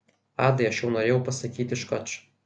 adai aš jau norėjau pasakyti škač